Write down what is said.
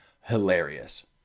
Hilarious